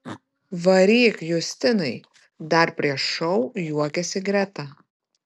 varyk justinai dar prieš šou juokėsi greta